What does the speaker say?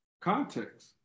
context